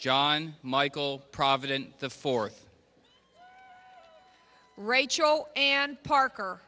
john michael provident the fourth rachel and parker